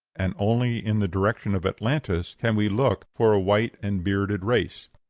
and only in the direction of atlantis can we look for a white and bearded race.